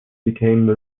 became